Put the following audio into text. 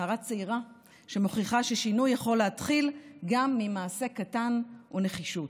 נערה צעירה שמוכיחה ששינוי יכול להתחיל גם ממעשה קטן ונחישות.